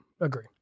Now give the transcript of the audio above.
agree